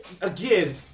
again